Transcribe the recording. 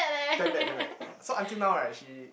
damn bad damn bad so until now right she